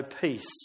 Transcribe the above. peace